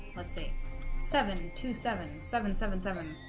let's say seven to seven seven seven seven